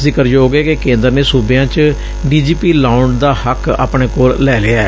ਜ਼ਿਕਰਯੋਗ ਏ ਕਿ ਕੇਂਦਰ ਨੇ ਸੂਬਿਆਂ ਚ ਡੀ ਜੀ ਪੀ ਲਾਉਣ ਦਾ ਹੱਕ ਆਪਣੇ ਕੋਲ ਲੈ ਲਿਐ